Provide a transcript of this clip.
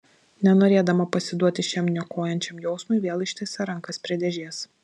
nenorėdama pasiduoti šiam niokojančiam jausmui vėl ištiesė rankas prie dėžės